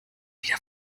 wieder